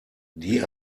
die